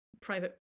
private